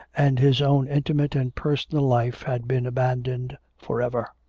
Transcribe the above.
and his own intimate and personal life had been abandoned for ever.